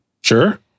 Sure